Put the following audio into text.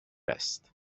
است